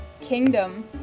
kingdom